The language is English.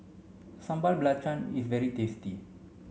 Sambal Belacan is very tasty